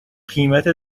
قیمت